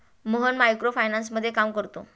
Mohan micro फायनान्समध्ये काम करतो